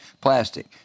plastic